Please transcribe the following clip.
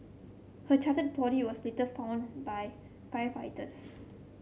her charred body was later found by firefighters